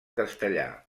castellà